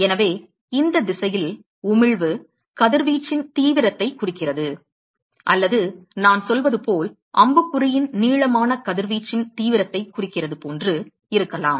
எனவே இந்த திசையில் உமிழ்வு கதிர்வீச்சின் தீவிரத்தை குறிக்கிறது அல்லது நான் சொல்வது போல் அம்புக்குறியின் நீளமாக கதிர்வீச்சின் தீவிரத்தை குறிக்கிறது என்று இருக்கலாம்